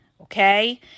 Okay